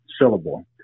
syllable